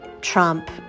trump